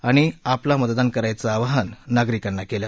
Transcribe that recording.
आणि आपला मतदान करायचं आवाहन नागरिकांना केलं